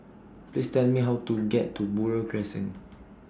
Please Tell Me How to get to Buroh Crescent